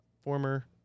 former